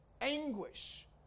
anguish